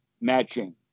matching